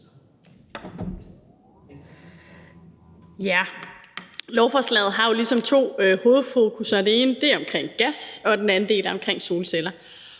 Tak. Lovforslaget har jo ligesom to hovedfokus, og det ene er omkring gas, og den anden del er omkring solceller.